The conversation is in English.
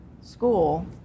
school